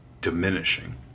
diminishing